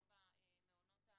לא במעונות הנעולים,